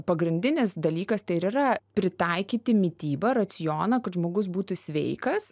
pagrindinis dalykas tai ir yra pritaikyti mitybą racioną kad žmogus būtų sveikas